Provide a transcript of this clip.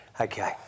Okay